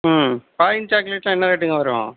ம் ஃபாரின் சாக்லேட்லாம் என்ன ரேட்டுங்க வரும்